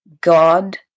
God